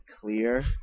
clear